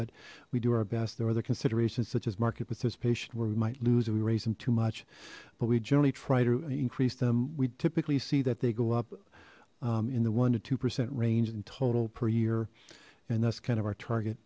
but we do our best there are other considerations such as market participation where we might lose we raise them too much but we generally try to increase them we typically see that they go up in the one to two percent range in total per year and that's kind of our target